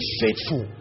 faithful